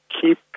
keep